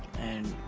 and